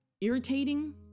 irritating